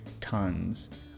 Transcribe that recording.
tons